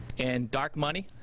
and dark money.